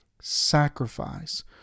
sacrifice